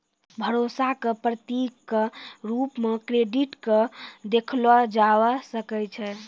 भरोसा क प्रतीक क रूप म क्रेडिट क देखलो जाबअ सकै छै